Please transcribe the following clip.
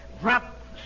Drop